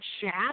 chat